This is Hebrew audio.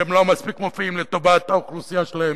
שהם לא מספיק מופיעים לטובת האוכלוסייה שלהם,